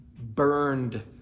burned